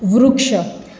વૃક્ષ